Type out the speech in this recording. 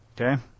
Okay